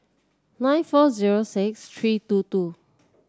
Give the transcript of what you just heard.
nine four zero six three two two